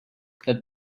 that